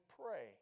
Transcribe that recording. pray